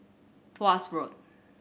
Tuas Road